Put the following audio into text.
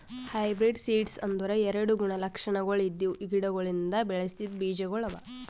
hybrid seeds ಅಂದುರ್ ಎರಡು ಗುಣ ಲಕ್ಷಣಗೊಳ್ ಇದ್ದಿವು ಗಿಡಗೊಳಿಂದ್ ಬೆಳಸಿದ್ ಬೀಜಗೊಳ್ ಅವಾ